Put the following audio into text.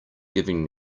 giving